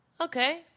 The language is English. Okay